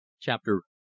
Chapter